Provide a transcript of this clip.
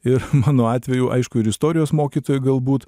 ir mano atveju aišku ir istorijos mokytojai galbūt